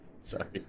Sorry